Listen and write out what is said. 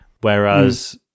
Whereas